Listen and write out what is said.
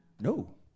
No